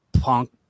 punk